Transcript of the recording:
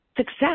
success